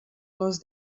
les